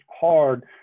hard